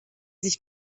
sich